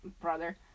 brother